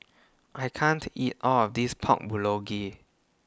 I can't eat All of This Pork Bulgogi